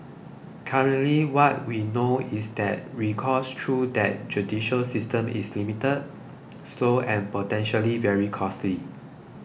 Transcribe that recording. currently what we know is that recourse through that judicial system is limited slow and potentially very costly